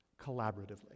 Collaboratively